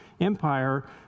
Empire